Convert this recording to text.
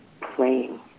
playing